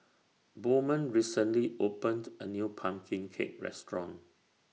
Bowman recently opened A New Pumpkin Cake Restaurant